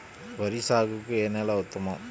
వరి సాగుకు ఏ నేల ఉత్తమం?